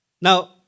Now